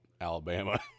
Alabama